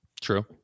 True